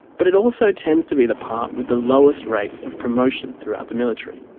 but it also tends to be the part with the lowest rate of promotion throughout the military.